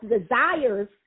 desires